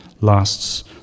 lasts